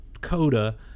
coda